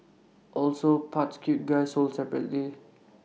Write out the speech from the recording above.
also parts cute guy sold separately